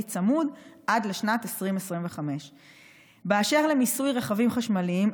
צמוד עד לשנת 2025. אשר למיסוי רכבים חשמליים,